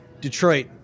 Detroit